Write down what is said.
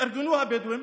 התארגנו הבדואים